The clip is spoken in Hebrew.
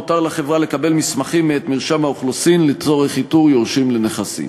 הותר לחברה לקבל מסמכים מאת מרשם האוכלוסין לצורך איתור יורשים לנכסים.